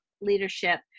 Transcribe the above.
leadership